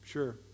Sure